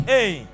Hey